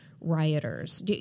rioters